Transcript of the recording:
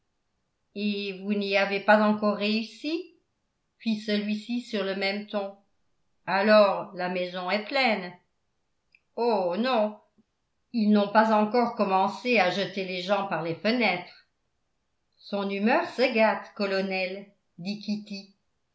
et vous n'y avez pas encore réussi fit celui-ci sur le même ton alors la maison est pleine oh non ils n'ont pas encore commencé à jeter les gens par les fenêtres son humeur se gâte colonel dit kitty